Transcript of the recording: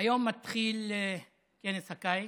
היום מתחיל כנס הקיץ.